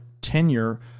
tenure